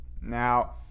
Now